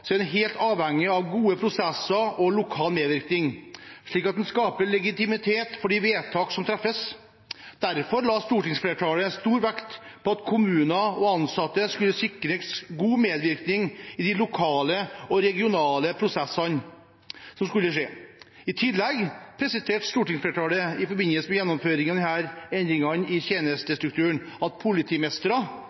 er en helt avhengig av gode prosesser og lokal medvirkning, slik at en skaper legitimitet for de vedtak som treffes. Derfor la stortingsflertallet stor vekt på at kommuner og ansatte skulle sikres god medvirkning i de lokale og regionale prosesser som skulle skje. I tillegg presiserte stortingsflertallet i forbindelse med gjennomføring av endringer i tjenestestrukturen at